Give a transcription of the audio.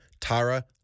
Tara